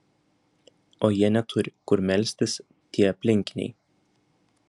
o jie neturi kur melstis tie aplinkiniai